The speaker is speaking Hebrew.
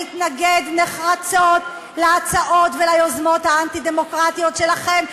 להתנגד נחרצות להצעות וליוזמות האנטי-דמוקרטיות שלכם,